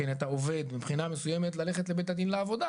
את העובד מבחינה מסוימת ללכת לבית הדין לעבודה,